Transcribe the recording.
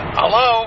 Hello